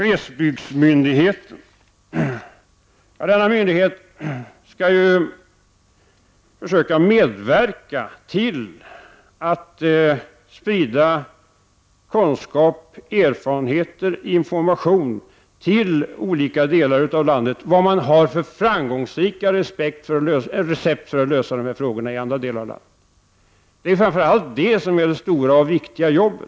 Glesbygdsmyndigheten skall försöka medverka till att sprida kunskap, erfarenheter och information till olika delar av landet, så att man får veta vilka framgångsrika recept som används för att lösa problem i andra delar av landet. Detta är framför allt det stora och viktiga arbetet.